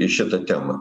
į šitą temą